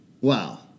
Wow